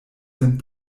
sen